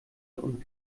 und